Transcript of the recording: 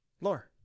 lore